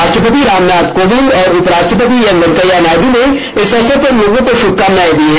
राष्ट्रपति रामनाथ कोविंद और उपराष्ट्रपति एम वेंकैया नायडू ने इस अवसर पर लोगों को शुभकामनाएं दी हैं